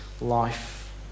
life